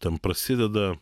ten prasideda